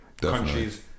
countries